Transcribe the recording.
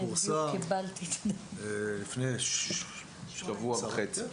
לפני שבוע וחצי.